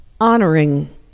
Honoring